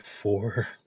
four